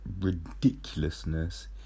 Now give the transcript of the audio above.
ridiculousness